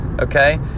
okay